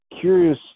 curious